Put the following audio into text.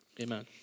Amen